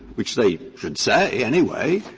which they could say, anyway,